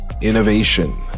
Innovation